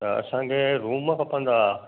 त असांखे रूम खपंदा हुआ